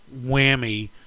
whammy